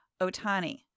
Otani